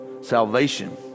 salvation